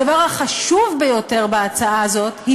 הדבר החשוב ביותר בהצעה הזאת הוא